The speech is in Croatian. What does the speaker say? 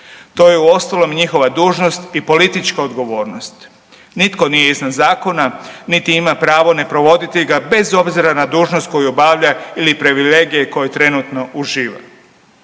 To je uostalom i njihova dužnost i politička odgovornost. Nitko nije iznad zakona niti ima pravo ne provoditi ga bez obzira na dužnost koju obavlja ili privilegije koje trenutno uživa.